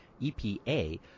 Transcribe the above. EPA